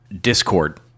Discord